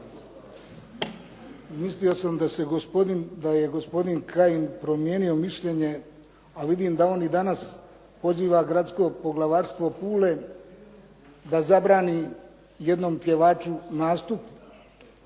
Mislio sam da je gospodin Kajin promijenio mišljenje a vidim da on i danas poziva Gradsko poglavarstvo Pule da zabrani jednom pjevaču nastup.